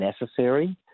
necessary